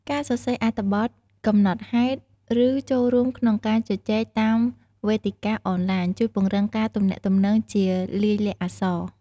ការសរសេរអត្ថបទ កំណត់ហេតុ ឬចូលរួមក្នុងការជជែកតាមវេទិកាអនឡាញ ជួយពង្រឹងការទំនាក់ទំនងជាលាយលក្ខណ៍អក្សរ។